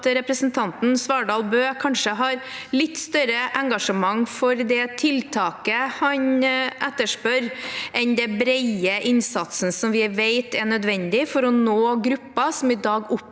representanten Svardal Bøe kanskje har litt større engasjement for det tiltaket han etterspør, enn for den brede innsatsen vi vet er nødvendig for å nå grupper som i dag opplever